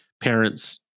Parents